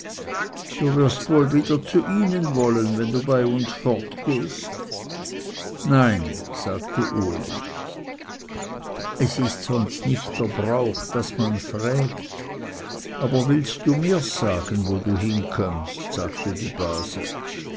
du wirst wohl wieder zu ihnen wollen wenn du bei uns fortgehst nein sagte uli es ist sonst nicht der brauch daß man frägt aber willst du mirs sagen wo du hinkömmst sagte die base